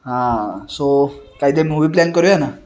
हां सो काही movie plan करूया ना